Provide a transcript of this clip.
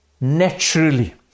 naturally